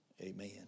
Amen